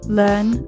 learn